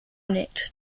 unit